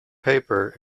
paper